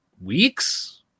weeks